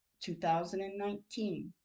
2019